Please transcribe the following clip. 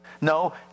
No